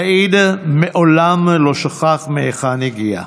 סעיד מעולם לא שכח מהיכן הגיע.